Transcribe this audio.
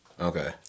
Okay